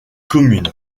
commune